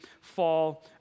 fall